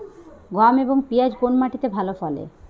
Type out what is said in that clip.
গম এবং পিয়াজ কোন মাটি তে ভালো ফলে?